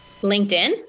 LinkedIn